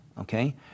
okay